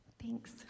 Thanks